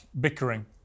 bickering